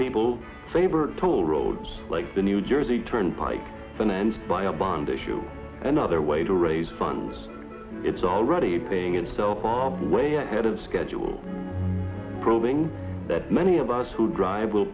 people favor toll roads like the new jersey turnpike financed by a bond issue another way to raise funds it's already paying itself way ahead of schedule proving that many of us who drive will